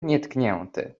nietknięty